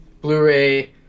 Blu-ray